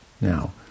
Now